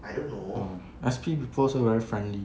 orh S_P people also very friendly